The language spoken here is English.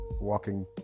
walking